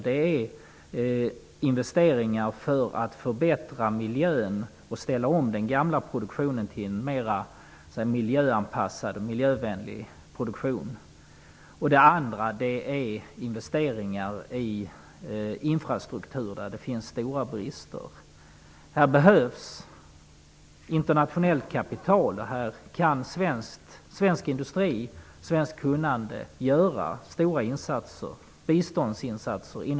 Det är investeringar för att förbättra miljön och ställa om den gamla produktionen till en mera miljöanpassad och miljövänlig produktion. Det andra är investeringar i infrastruktur, där det finns stora brister. Här behövs internationellt kapital. Här kan svensk industri, svenskt kunnande, göra stora ''biståndsinsatser''.